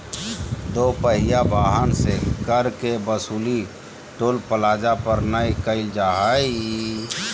दो पहिया वाहन से कर के वसूली टोल प्लाजा पर नय कईल जा हइ